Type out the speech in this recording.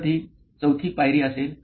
तर ती चौथी पायरी असेल